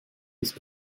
ist